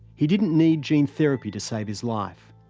he didn't need gene therapy to save his life.